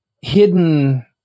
hidden